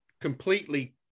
completely